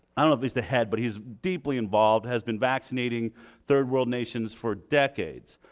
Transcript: i don't know if he's the head, but he's deeply involved, has been vaccinating third world nations for decades.